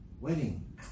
wedding